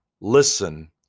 listen